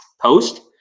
post